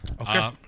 Okay